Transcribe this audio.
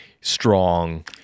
strong